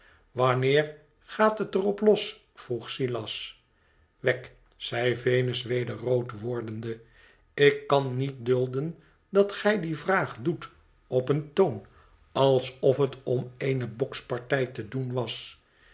wanneer gaat het er op los vroeg silas wegg zei venus wer rood wordende ik kan niet dulden dat gij die vraag doet op een toon alsof het om eene bokspartij te doen was